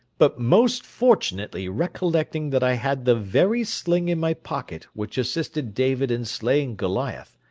but most fortunately recollecting that i had the very sling in my pocket which assisted david in slaying goliath,